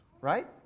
right